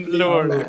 lord